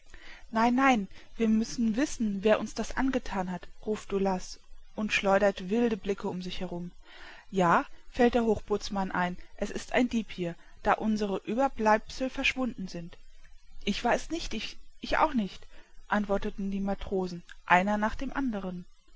nein nein wir müssen wissen wer uns das angethan hat ruft daoulas und schleudert wilde blicke um sich herum ja fällt der hochbootsmann ein es ist ein dieb hier da unsere ueberbleibsel verschwunden sind ich war es nicht ich auch nicht antworten die matrosen einer nach dem anderen